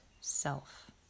self